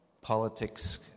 politics